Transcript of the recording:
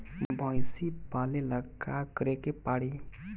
भइसी पालेला का करे के पारी?